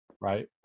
right